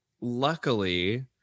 luckily